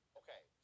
okay